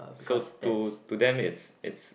so to to them it's it's